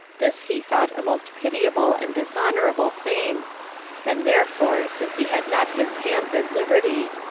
this he thought a most pitiable and dishonorable thing and therefore, since he had not his hands at liberty,